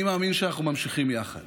אני מאמין שאנחנו ממשיכים יחד.